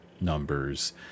numbers